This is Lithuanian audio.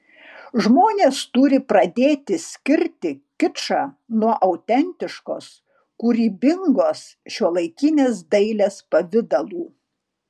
žmonės turi pradėti skirti kičą nuo autentiškos kūrybingos šiuolaikinės dailės pavidalų